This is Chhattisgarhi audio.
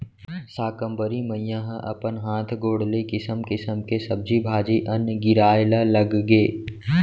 साकंबरी मईया ह अपन हात गोड़ ले किसम किसम के सब्जी भाजी, अन्न गिराए ल लगगे